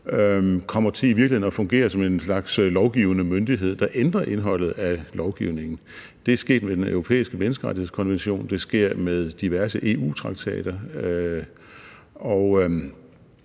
at fungere som en slags lovgivende myndighed, der ændrer indholdet af lovgivningen. Det er sket med Den Europæiske Menneskerettighedskonvention, det sker med diverse EU-traktater,